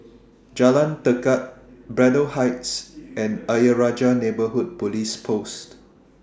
Jalan Tekad Braddell Heights and Ayer Rajah Neighbourhood Police Post